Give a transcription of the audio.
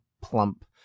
plump